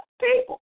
People